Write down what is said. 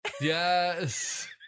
Yes